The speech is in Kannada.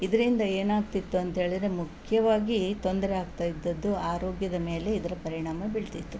ಇದರಿಂದ ಏನಾಗ್ತಿತ್ತು ಅಂತೇಳಿದರೆ ಮುಖ್ಯವಾಗಿ ತೊಂದರೆ ಆಗ್ತಾ ಇದ್ದದ್ದು ಆರೋಗ್ಯದ ಮೇಲೆ ಇದರ ಪರಿಣಾಮ ಬೀಳ್ತಿತ್ತು